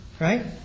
right